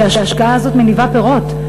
כי ההשקעה הזאת מניבה פירות.